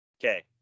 Okay